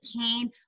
pain